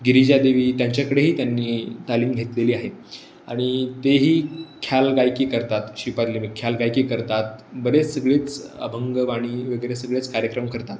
गिरीजादेवी त्यांच्याकडेही त्यांनी तालीम घेतलेली आहे आणि तेही ख्यालगायकी करतात श्रीपादलीमी ख्यालगायकी करतात बरेच सगळेच अभंगवाणी वगैरे सगळेच कार्यक्रम करतात